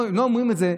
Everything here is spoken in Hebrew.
לא אומרים את זה,